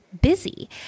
busy